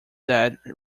that